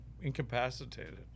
incapacitated